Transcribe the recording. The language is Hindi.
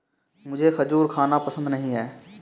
मुझें खजूर खाना पसंद नहीं है